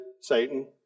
Satan